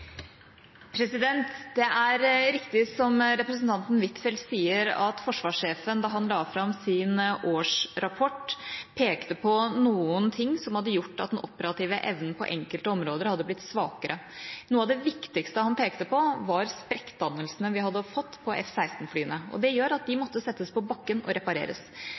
Det er riktig som representanten Huitfeldt sier, at forsvarssjefen, da han la fram sin årsrapport, pekte på noen ting som hadde gjort at den operative evnen på enkelte områder hadde blitt svakere. Noe av det viktigste han pekte på, var sprekkdannelsene vi hadde fått på F-16-flyene. Det gjorde at de måtte settes på bakken og repareres.